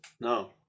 No